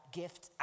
gift